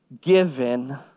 given